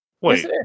Wait